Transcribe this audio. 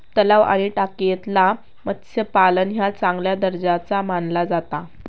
तलाव आणि टाकयेतला मत्स्यपालन ह्या चांगल्या दर्जाचा मानला जाता